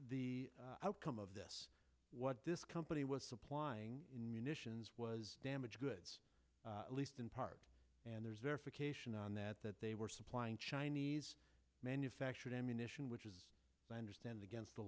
the outcome of this what this company was supplying in munitions was damaged goods at least in part and there's verification on that that they were supplying chinese manufactured ammunition which is i understand against the